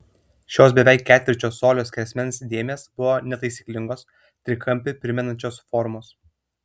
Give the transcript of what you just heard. šios beveik ketvirčio colio skersmens dėmės buvo netaisyklingos trikampį primenančios formos